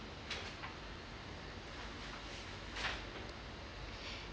um